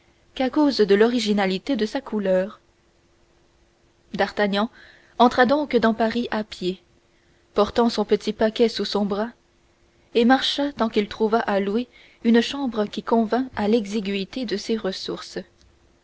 qu'à cause de l'originalité de sa couleur d'artagnan entra donc dans paris à pied portant son petit paquet sous son bras et marcha tant qu'il trouvât à louer une chambre qui convînt à l'exiguïté de ses ressources